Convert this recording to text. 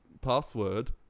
password